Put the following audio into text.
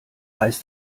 heißt